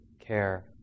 care